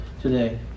today